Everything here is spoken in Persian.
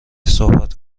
صحبت